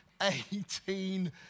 Eighteen